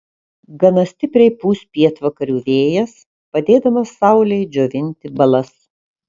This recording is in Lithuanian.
gana stipriai pūs pietvakarių vėjas padėdamas saulei džiovinti balas